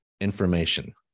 information